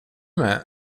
med